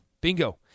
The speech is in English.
Bingo